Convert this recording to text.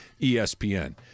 ESPN